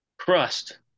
crust